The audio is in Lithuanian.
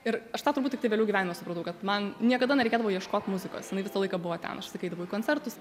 ir aš tą turbūt tik tai vėliau gyvenime supratau kad man niekada nereikėdavo ieškot muzikos jinai visą laiką buvo ten aš tiesiog eidavau į koncertus